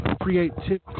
creativity